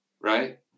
right